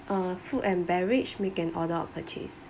uh food and beverage make an order of purchase